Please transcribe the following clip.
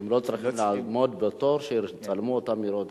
הם לא צריכים לעמוד בתור שיצלמו אותם ויראו אותם.